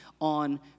on